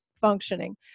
functioning